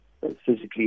physically